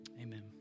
Amen